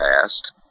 past